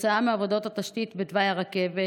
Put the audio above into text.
כתוצאה מעבודות התשתית בתוואי הרכבת,